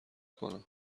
کنم